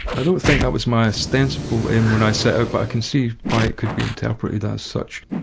i don't think that was my ostensible aim when i set out, but i can see why it could be interpreted as such.